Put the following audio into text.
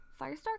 Firestar